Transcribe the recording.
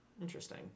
Interesting